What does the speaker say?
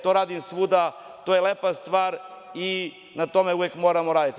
To radim svuda, to je lepa stvar i na tome uvek moramo raditi.